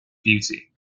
beauty